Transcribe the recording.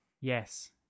yes